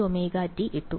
ഞാൻ ejωt ഇട്ടു